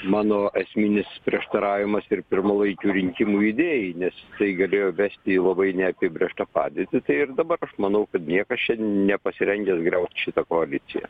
mano esminis prieštaravimas ir pirmalaikių rinkimų idėjai nes tai galėjo vesti į labai neapibrėžtą padėtį tai ir dabar aš manau kad niekas čia nepasirengęs griaut šitą koaliciją